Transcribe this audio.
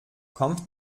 kommt